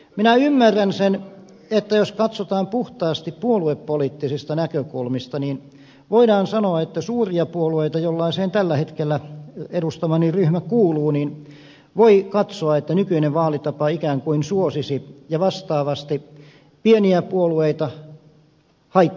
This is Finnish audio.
minä ymmärrän sen että jos katsotaan puhtaasti puoluepoliittisista näkökulmista niin voidaan sanoa voidaan katsoa että suuria puolueita jollaisiin tällä hetkellä edustamani ryhmä kuuluu nykyinen vaalitapa ikään kuin suosisi ja vastaavasti pieniä puolueita haittaisi